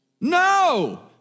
No